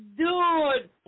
dude